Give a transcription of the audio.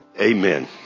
Amen